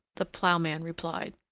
the ploughman replied.